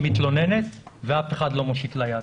כשהיא מתלוננת ואף אחד לא מושיט לה יד.